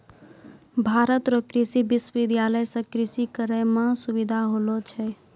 भारत रो कृषि विश्वबिद्यालय से कृषि करै मह सुबिधा होलो छै